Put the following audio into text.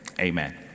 amen